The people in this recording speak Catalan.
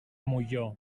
molló